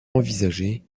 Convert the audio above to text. envisagée